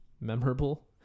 memorable